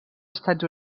estats